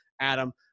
Adam